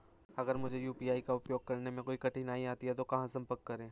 अगर मुझे यू.पी.आई का उपयोग करने में कोई कठिनाई आती है तो कहां संपर्क करें?